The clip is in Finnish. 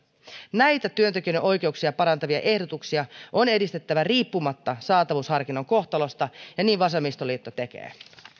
näitä työntekijöiden oikeuksia parantavia ehdotuksia on edistettävä riippumatta saatavuusharkinnan kohtalosta ja niin vasemmistoliitto tekee